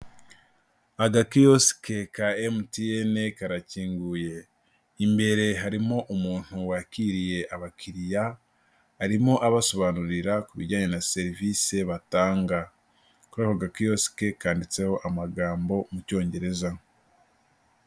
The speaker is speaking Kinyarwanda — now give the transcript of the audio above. Agakiyosike ka emutiyene karakinguye imbere harimo umuntu wakiriye abakiriya arimo abasobanurira ku bijyanye na serivisi batanga. Kuri ako gakiyosike kanditseho amagambo mu cyongereza.